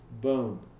boom